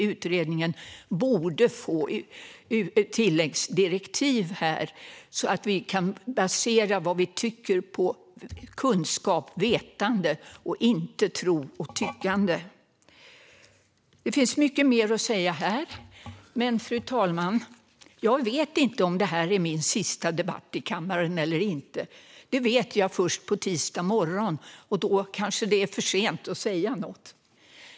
Utredningen borde få tilläggsdirektiv, så att vi kan basera vad vi tycker på kunskap och vetande och inte tro och tyckande. Det finns mycket mer att säga här. Men, fru talman, jag vet inte om detta är min sista debatt i kammaren eller inte. Det vet jag först på tisdag morgon, och då kanske det är för sent att säga något.